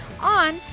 on